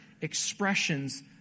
expressions